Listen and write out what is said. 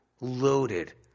Loaded